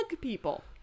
people